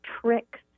tricks